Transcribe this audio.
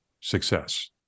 success